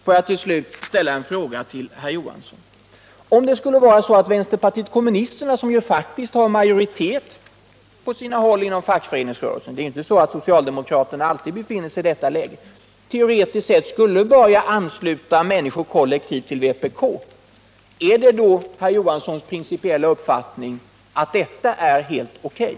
Låt mig till slut ställa en fråga till herr Johansson: Om vänsterpartiet kommunisterna, som ju faktiskt har majoritet på sina håll inom fackföreningsrörelsen — socialdemokraterna befinner sig inte alltid i majoritetsställning — skulle börja ansluta människor kollektivt till vpk, är det då herr Johanssons principiella uppfattning att detta är helt okay?